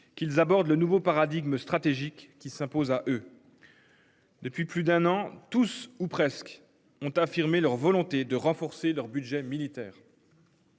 qu'ils abordent le nouveau paradigme stratégique qui s'imposent à eux. Depuis plus d'un an, tous ou presque ont affirmé leur volonté de renforcer leur budget militaire.